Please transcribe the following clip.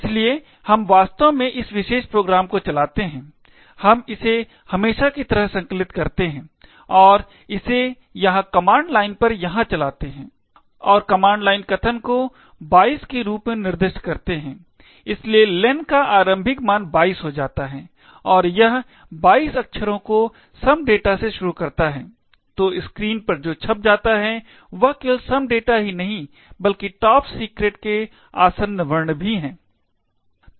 इसलिए हम वास्तव में इस विशेष प्रोग्राम को चलाते हैं हम इसे हमेशा की तरह संकलित करते हैं और इसे यहां कमांड लाइन पर यहाँ चलाते हैं और कमांड लाइन कथन को 22 के रूप में निर्दिष्ट करते हैं इसलिए len का आरंभिक मान 22 हो जाता है और यह 22 अक्षरों को some data से शुरू करता है तो स्क्रीन पर जो छप जाता है वह केवल some data ही नहीं है बल्कि "Top secret" के आसन्न वर्ण भी हैं